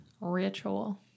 Ritual